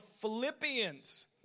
Philippians